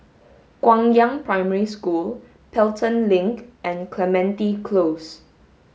Guangyang Primary School Pelton Link and Clementi Close